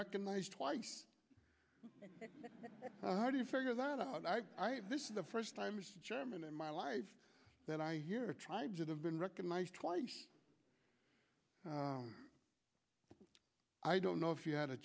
recognized twice already figure that out and i this is the first timers german in my life that i hear tribes that have been recognized twice i don't know if you had a